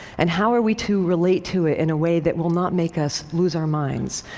and how are we to relate to it in a way that will not make us lose our minds,